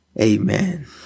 Amen